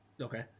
Okay